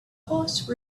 horse